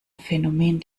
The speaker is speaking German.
phänomen